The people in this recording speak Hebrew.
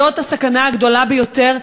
זאת הסכנה הגדולה ביותר.